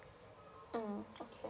mm okay